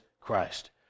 Christ